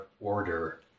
order